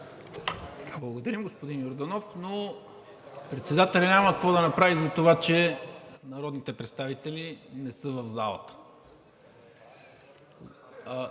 Благодаря, господин Йорданов, но председателят няма какво да направи за това, че народните представители не са в залата.